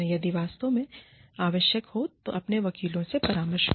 यदि आवश्यक हो तो अपने वकीलों के साथ परामर्श करें